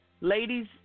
Ladies